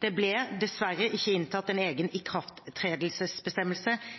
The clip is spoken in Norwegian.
Det ble dessverre ikke inntatt en egen ikrafttredelsesbestemmelse